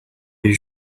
you